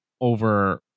over